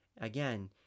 again